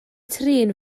trin